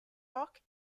bok